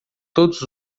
todos